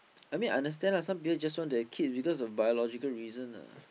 I mean I understand lah some people just want to have kids because of biological reasons lah